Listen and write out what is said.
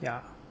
ya